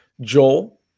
Joel